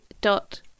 dot